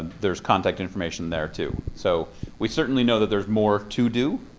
there's contact information there too. so we certainly know that there's more to do.